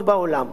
היא דרך